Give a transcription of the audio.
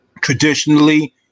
Traditionally